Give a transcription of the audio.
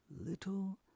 Little